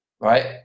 right